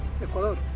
Ecuador